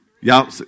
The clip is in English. Y'all